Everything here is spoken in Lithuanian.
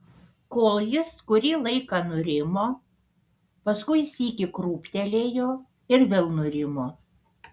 kol jis kurį laiką nurimo paskui sykį krūptelėjo ir vėl nurimo